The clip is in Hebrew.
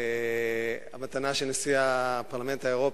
המתנה שנשיא הפרלמנט האירופי,